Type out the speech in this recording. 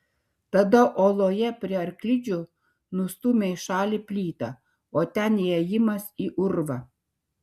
tada uoloje prie arklidžių nustūmė į šalį plytą o ten įėjimas į urvą